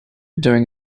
during